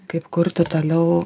kaip kurti toliau